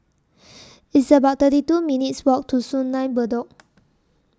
It's about thirty two minutes' Walk to Sungei Bedok